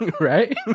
right